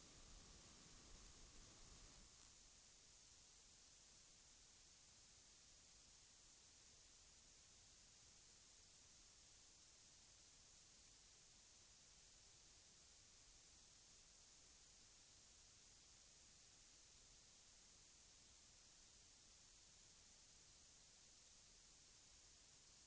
En särskild fråga som kommer att undersökas är förekomsten av personalunion mellan myndigheten och dess dotterföretag. Arbetet med att utarbeta direktiv till utredningen pågår inom civildepartementet. Avsikten är att regeringen skall kunna ta ställning till direktiven redan före sommaren. Händelserna inom domänverket har föranlett regeringen att tidigarelägga denna utredning.